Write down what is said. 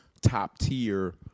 top-tier